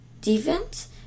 defense